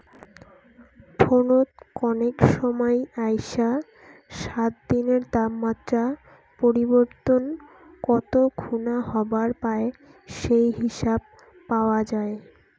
ফোনত কনেক সমাই আইসা সাত দিনের তাপমাত্রা পরিবর্তন কত খুনা হবার পায় সেই হিসাব পাওয়া যায়